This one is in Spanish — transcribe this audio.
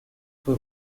fue